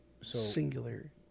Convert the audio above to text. singular